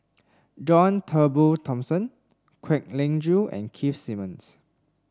John Turnbull Thomson Kwek Leng Joo and Keith Simmons